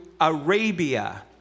Arabia